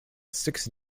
six